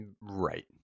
Right